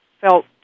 felt